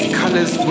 colors